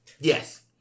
Yes